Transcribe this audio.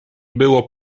było